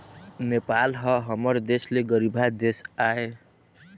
नेपाल ह हमर देश ले गरीबहा देश आय